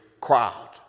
crowd